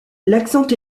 l’accent